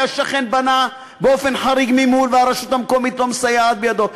כי השכן בנה באופן חריג ממול והרשות המקומית לא מסייעת בידו.